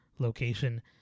location